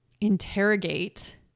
interrogate